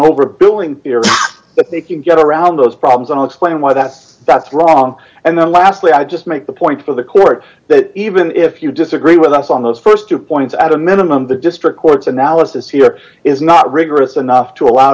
overbilling but they can get around those problems and explain why that's that's wrong and then lastly i just make the point for the court that even if you disagree with us on those st two points at a minimum the district court's analysis here is not rigorous enough to allow